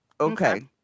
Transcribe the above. Okay